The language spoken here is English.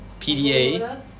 PDA